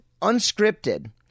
unscripted